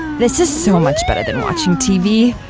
this is so much better than watching tv!